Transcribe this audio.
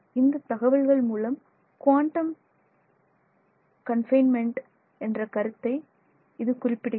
இந்த தகவல்கள் மூலம் குவாண்டம் கன்சைன்மெண்ட் கன்சைன்மெண்ட் என்ற கருத்தை இது குறிப்பிடுகிறது